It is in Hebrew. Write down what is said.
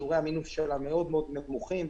שיעורי המינוף שלה מאוד מאוד נמוכים.